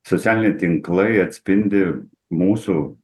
socialiniai tinklai atspindi mūsų